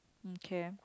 okay